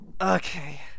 Okay